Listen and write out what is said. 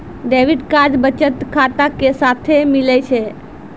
debit card बचत खाता के साथे मिलै छै